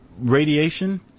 radiation